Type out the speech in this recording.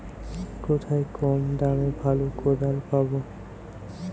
কোথায় কম দামে ভালো কোদাল পাব?